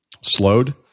slowed